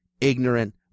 ignorant